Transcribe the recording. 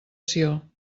sió